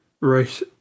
right